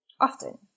Often